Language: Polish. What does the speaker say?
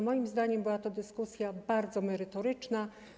Moim zdaniem była to dyskusja bardzo merytoryczna.